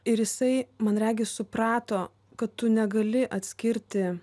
ir jisai man regis suprato kad tu negali atskirti